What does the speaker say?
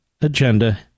agenda